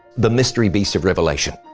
the mystery beast of revelation.